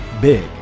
big